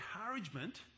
encouragement